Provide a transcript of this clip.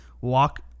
walk